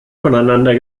voneinander